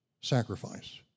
sacrifice